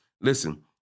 listen